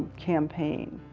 campaign.